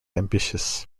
ambitious